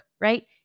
right